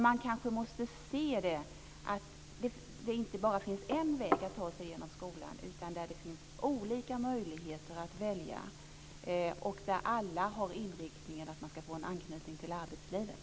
Man kanske måste se att det inte bara finns en väg att ta sig igenom skolan utan att det finns olika möjligheter att välja och att alla har inriktningen att man ska få en anknytning till arbetslivet.